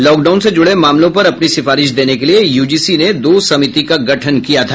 lockdown से जुड़े मामलों पर अपनी सिफारिश देने के लिए यूजीसी ने दो समिति का गठन किया था